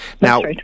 Now